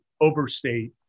overstate